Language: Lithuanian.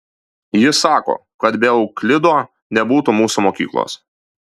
jis sako kad be euklido nebūtų mūsų mokyklos